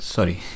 Sorry